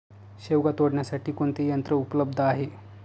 शेवगा तोडण्यासाठी कोणते यंत्र उपलब्ध आहे?